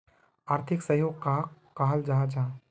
आर्थिक सहयोग कहाक कहाल जाहा जाहा?